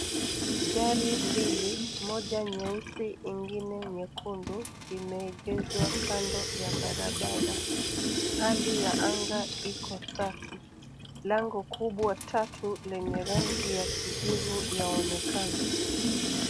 Gari mbili moja nyeusi ingine nyekundu imeegeshwa kando ya barabara. Hali ya anga iko safi. Lango kubwa tatu lenye rangi ya kijivu yaonekana.